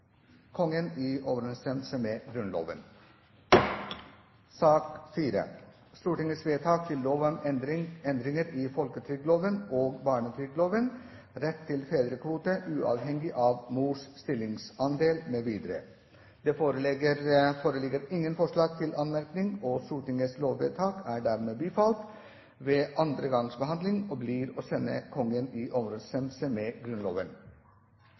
Kongen i overensstemmelse med Grunnloven. Det foreligger ingen forslag til anmerkning. Stortingets lovvedtak er dermed bifalt ved andre gangs behandling og blir å sende Kongen i overensstemmelse med Grunnloven. Det foreligger ingen forslag til anmerkning. Stortingets lovvedtak er dermed bifalt ved andre gangs behandling og blir å sende Kongen i overensstemmelse med Grunnloven.